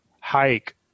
hike